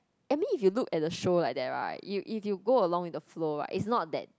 I mean if you look at the show like that right you you go along with the flow right it's not that